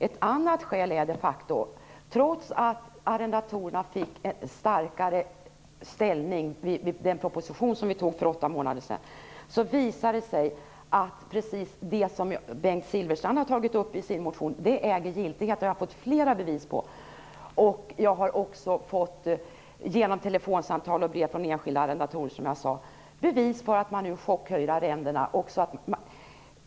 Ett annat skäl är de facto att trots att arrendatorerna fick en starkare ställning med den proposition som vi antog för 20 månader sedan visar det sig nu att precis det som Bengt Silfverstrand tar upp i sin motion äger giltighet. Det har jag fått flera bevis på. Jag har också genom telefonsamtal och brev från enskilda arrendatorer fått bevis för att man nu chockhöjer arrendena.